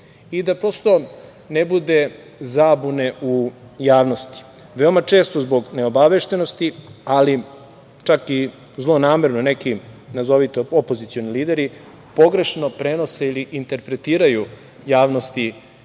da prosto ne bude zabune u javnosti, veoma često zbog neobaveštenosti, ali čak i zlonamerno neki nazovi, opozicioni lideri, pogrešno prenose ili interpretiraju javnosti